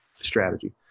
strategy